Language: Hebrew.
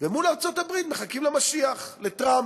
ומול ארצות-הברית מחכים למשיח, לטראמפ,